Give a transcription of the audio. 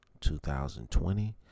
2020